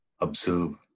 Observe